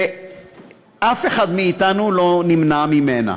ואף אחד מאתנו לא נמנע ממנה.